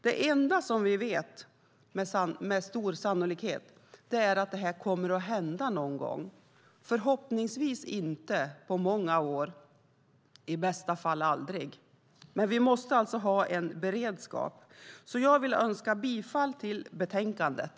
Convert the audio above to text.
Det enda som vi vet med stor sannolikhet är att det här kommer att hända någon gång. Förhoppningsvis inte på många år och i bästa fall aldrig, men vi måste alltså ha en beredskap. Jag vill yrka bifall till förslaget i betänkandet.